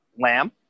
Lamb